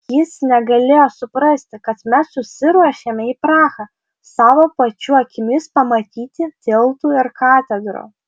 jis negalėjo suprasti kad mes susiruošėme į prahą savo pačių akimis pamatyti tiltų ir katedrų